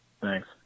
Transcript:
Thanks